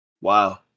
Wow